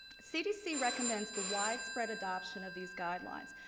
cdc recommends the widespread adoption of these guidelines.